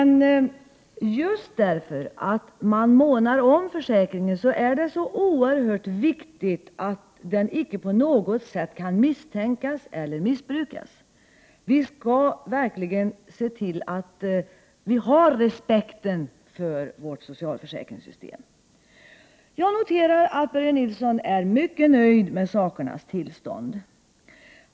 Just därför att man månar om försäkringen är det så oerhört viktigt att den icke på något sätt kan misstänkas eller missbrukas. Vi måste verkligen se till att vi har respekt för vårt socialförsäkringssystem. Jag noterar att Börje Nilsson är mycket nöjd med sakernas tillstånd.